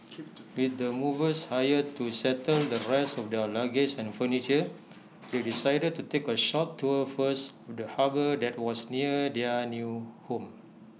with the movers hired to settle the rest of their luggage and furniture they decided to take A short tour first of the harbour that was near their new home